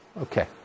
Okay